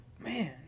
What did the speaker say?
Man